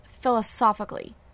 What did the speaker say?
philosophically